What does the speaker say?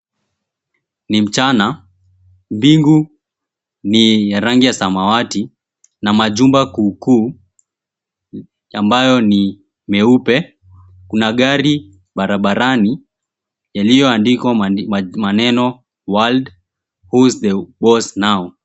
Ni mchana. Mbingu ni ya rangi ya samawati na majumba kuu kuu ambayo ni meupe. Kuna gari barabarani yaliyoandikwa maneno, 'World, who's the Boss Now?'